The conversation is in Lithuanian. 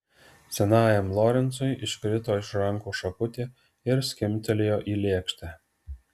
senajam lorencui iškrito iš rankų šakutė ir skimbtelėjo į lėkštę